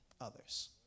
others